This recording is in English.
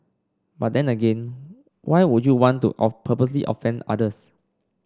but then again why would you want to of purposely offend others